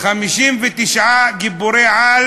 59 גיבורי-על